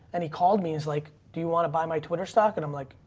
and he called me. he's like, do you want to buy my twitter stock? and i'm like,